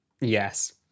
yes